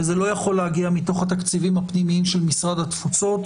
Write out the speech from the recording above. וזה לא יכול להגיע מתוך התקציבים הפנימיים של משרד התפוצות,